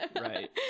Right